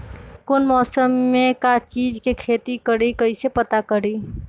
कौन मौसम में का चीज़ के खेती करी कईसे पता करी?